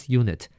unit